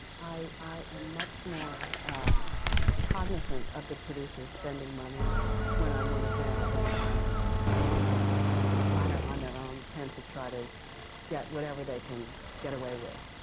i am much more cognizant of the producer spending money when i'm one of them than if i'm a designer on my own. designers on their own tend to try to get whatever they can get away with